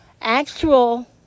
actual